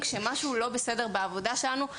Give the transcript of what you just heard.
כשמשהו לא בסדר קורה בעבודה שלנו,